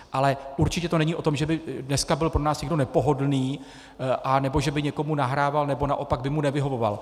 Ale určitě to není o tom, že by dneska byl pro nás někdo nepohodlný, anebo že by někomu nahrával nebo naopak by mu nevyhovoval.